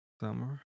Summer